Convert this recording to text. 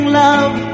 love